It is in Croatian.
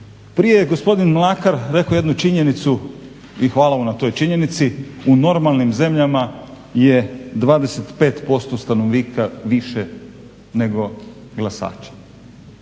Prije je gospodin Mlakar rekao jednu činjenicu i hvala vam na toj činjenici, u normalnim zemljama je 25% stanovnika više nego glasača,